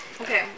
Okay